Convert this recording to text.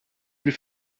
plus